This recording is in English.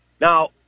Now